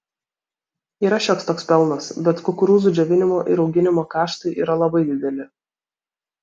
yra šioks toks pelnas bet kukurūzų džiovinimo ir auginimo kaštai yra labai dideli